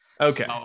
okay